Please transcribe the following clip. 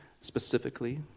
specifically